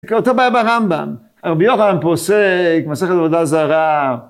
זה כאילו אותה בעיה ברמב״ם, הרבי יורם פוסק, מסך על עבודה זרה.